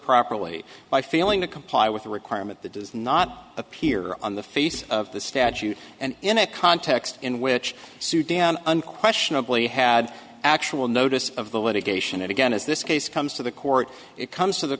properly by failing to comply with a requirement that does not appear on the face of the statute and in a context in which sudan unquestionably had actual notice of the litigation and again as this case comes to the court it comes to the